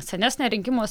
senesnę rinkimų